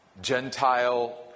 Gentile